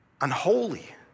unholy